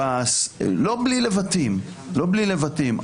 לשב"ס, לא בלי לבטים, לא בלי לבטים.